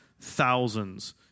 thousands